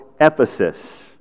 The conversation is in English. Ephesus